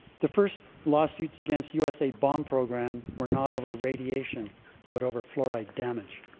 the first lawsuits against usa bomb program were not over radiation but over fluoride damage.